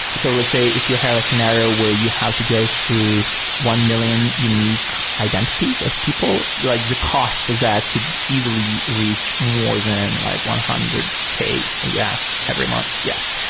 so let's say if you have a scenario where you have to go through one million unique identities of people, like the cost for that could easily reach more than like one hundred k u yeah s. every month. yes.